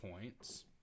points